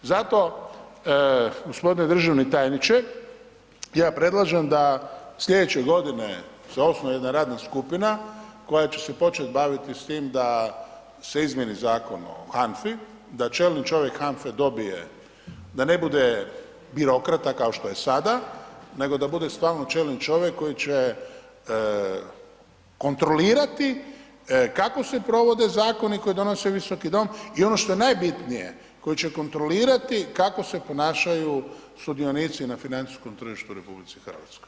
Zato g. državni tajniče, ja predlažem da sljedeće godine se osnuje jedna radna skupina koja će se početi baviti s time da se izmjeni Zakon o HANFA-i, da čelni čovjek HANFA-e dobije, da ne bude birokrata kao što je sada nego da bude stalno čelni čovjek koji će kontrolirati kako se provode zakoni koje donosi Visoki dom i ono što je najbitnije koji će kontrolirati kako se ponašaju sudionici na financijskom tržištu u RH.